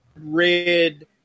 Red